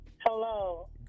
Hello